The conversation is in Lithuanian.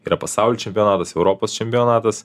yra pasaulio čempionatas europos čempionatas